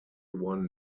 one